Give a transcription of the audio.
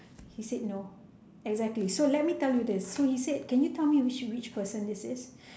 he said no exactly so let me tell you this so he said can you tell me which which person this is